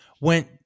went